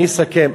אני אסכם.